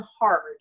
hard